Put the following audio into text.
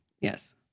Yes